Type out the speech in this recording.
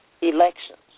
elections